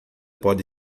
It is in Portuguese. pode